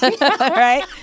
right